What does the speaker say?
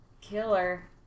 killer